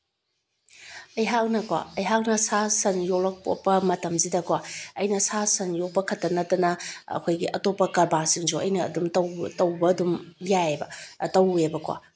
ꯑꯩꯍꯥꯛꯅꯀꯣ ꯑꯩꯍꯥꯛꯅ ꯁꯥ ꯁꯟ ꯌꯣꯛꯂꯛꯄ ꯃꯇꯝꯁꯤꯗꯀꯣ ꯑꯩꯅ ꯁꯥ ꯁꯟ ꯌꯣꯛꯄꯈꯇ ꯅꯠꯇꯅ ꯑꯩꯈꯣꯏꯒꯤ ꯑꯇꯣꯞꯄ ꯀꯔꯕꯥꯔꯁꯤꯡꯁꯨ ꯑꯩꯅ ꯑꯗꯨꯝ ꯇꯧꯕ ꯇꯧꯕ ꯑꯗꯨꯝ ꯌꯥꯏꯌꯦꯕ ꯇꯧꯋꯦꯕꯀꯣ